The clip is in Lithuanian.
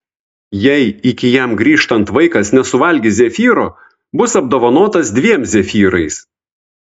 jei iki jam grįžtant vaikas nesuvalgys zefyro bus apdovanotas dviem zefyrais